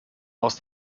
aus